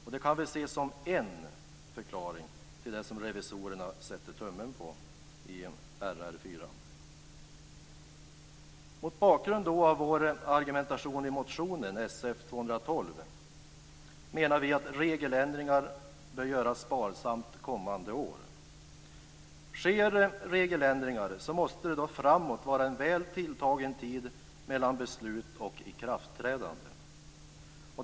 Detta kan väl ses som en förklaring till det som revisorerna sätter tummen på i Mot bakgrund av vår argumentation i motionen Sf212 menar vi att regeländringar bör göras sparsamt kommande år. Sker regeländringar måste det vara en väl tilltagen tid mellan beslut och ikraftträdande.